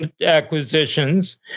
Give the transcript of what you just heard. acquisitions